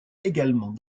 également